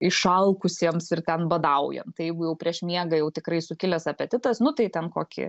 išalkusiems ir ten badaujant tai jeigu jau prieš miegą jau tikrai sukilęs apetitas nu tai ten kokį